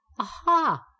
aha